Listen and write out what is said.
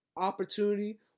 opportunity